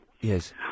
Yes